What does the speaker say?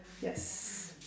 yes